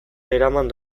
eraman